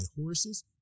horses